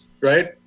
right